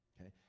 Okay